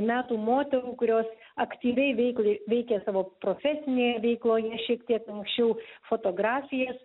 metų moterų kurios aktyviai veiklai veikia savo profesinėje veikloje šiek tiek anksčiau fotografijas